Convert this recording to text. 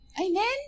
Amen